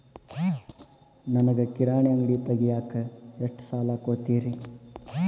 ನನಗ ಕಿರಾಣಿ ಅಂಗಡಿ ತಗಿಯಾಕ್ ಎಷ್ಟ ಸಾಲ ಕೊಡ್ತೇರಿ?